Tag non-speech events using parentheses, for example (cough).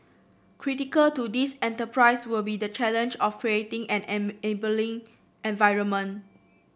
critical to this enterprise will be the challenge of creating an (unintelligible) enabling environment